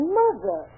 mother